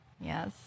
yes